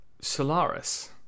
Solaris